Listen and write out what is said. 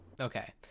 Okay